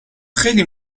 خیلی